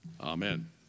Amen